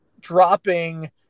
dropping